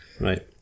Right